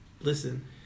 listen